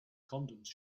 condoms